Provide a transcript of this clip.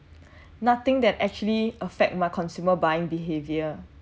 nothing that actually affect my consumer buying behaviour